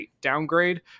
downgrade